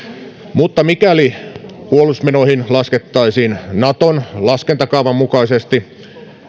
mutta mikäli puolustusmenoihin laskettaisiin naton laskentakaavan mukaisesti